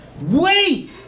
wait